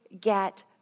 get